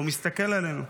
והוא מסתכל עלינו.